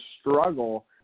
struggle